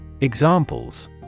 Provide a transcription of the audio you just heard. Examples